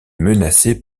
menacée